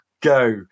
Go